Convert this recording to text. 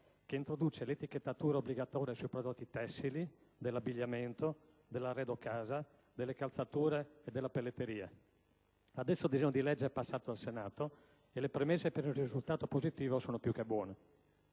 che introduce l'etichettatura obbligatoria sui prodotti tessili, dell'abbigliamento, dell'arredo casa, delle calzature e della pelletteria. Adesso il disegno di legge è passato all'esame del Senato e le premesse per un risultato positivo sono più che buone.